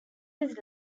his